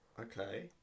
Okay